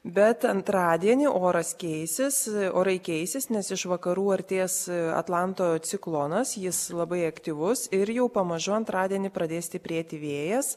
bet antradienį oras keisis orai keisis nes iš vakarų artės atlanto ciklonas jis labai aktyvus ir jau pamažu antradienį pradės stiprėti vėjas